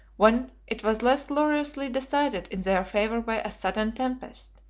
when it was less gloriously decided in their favor by a sudden tempest,